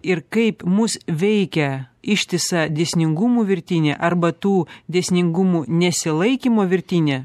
ir kaip mus veikia ištisa dėsningumų virtinė arba tų dėsningumų nesilaikymo virtinė